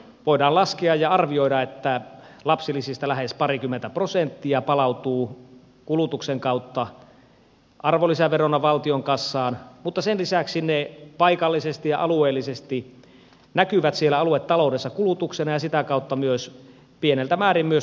voidaan laskea ja arvioida että lapsilisistä lähes parikymmentä prosenttia palautuu kulutuksen kautta arvonlisäverona valtion kassaan mutta sen lisäksi ne paikallisesti ja alueellisesti näkyvät siellä aluetaloudessa kulutuksena ja sitä kautta pieneltä määrin myös työpaikkakehityksenä